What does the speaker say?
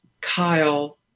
Kyle